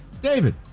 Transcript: David